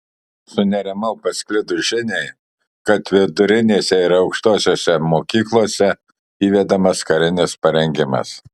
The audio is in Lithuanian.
sunerimau pasklidus žiniai kad vidurinėse ir aukštosiose mokyklose įvedamas karinis parengimas